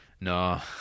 No